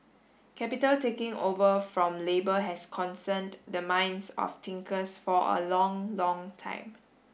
capital taking over from labour has concerned the minds of thinkers for a long long time